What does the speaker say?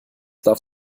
darf